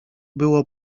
było